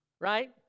right